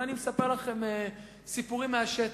ואני מספר לכם סיפורים מהשטח,